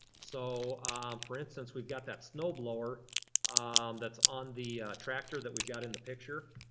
so for instance we've got that snowblower that's on the tractor that we've got in the picture.